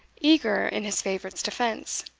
eager in his favourites defence